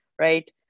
right